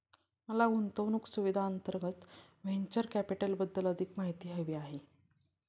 मला गुंतवणूक सुविधांअंतर्गत व्हेंचर कॅपिटलबद्दल अधिक माहिती हवी आहे